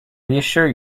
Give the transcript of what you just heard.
reassure